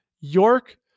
York